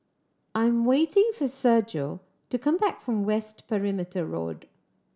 I'm waiting for Sergio to come back from West Perimeter Road